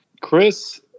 Chris